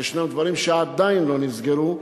שיש דברים שעדיין לא נסגרו,